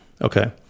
Okay